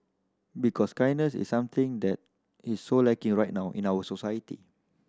because kindness is something that is so lacking right now in our society